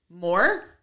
more